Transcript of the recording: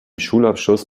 schulabschluss